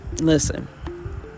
Listen